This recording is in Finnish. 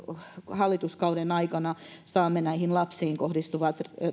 hallituskauden aikana saamme nämä lapsiin kohdistuvat